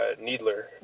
needler